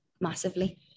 massively